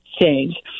change